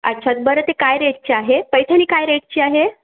अच्छा बरं ते काय रेटची आहे पैठणी काय रेटची आहे